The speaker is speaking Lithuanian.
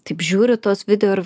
taip žiūri tuos video ir